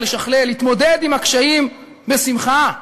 לשכלל,